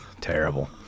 terrible